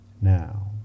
now